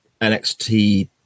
NXT